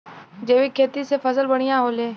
जैविक खेती से फसल बढ़िया होले